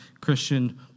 Christian